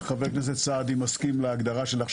שחבר הכנסת סעדי מסכים להגדרה שלך,